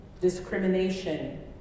discrimination